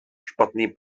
špatný